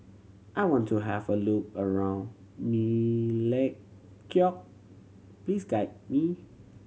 I want to have a look around Melekeok please guide me